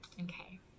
okay